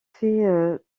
fait